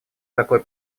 такой